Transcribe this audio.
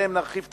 שעליהם נרחיב את